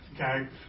okay